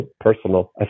personal